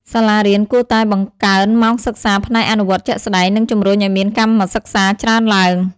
សាលារៀនគួរតែបង្កើនម៉ោងសិក្សាផ្នែកអនុវត្តជាក់ស្តែង និងជំរុញឱ្យមានកម្មសិក្សាច្រើនឡើង។